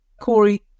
Corey